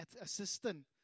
assistant